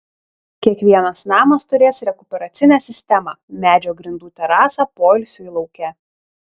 kiekvienas namas turės rekuperacinę sistemą medžio grindų terasą poilsiui lauke